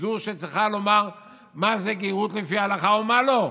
היא שצריכה לומר מה זה גרות על פי ההלכה ומה לא.